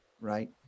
right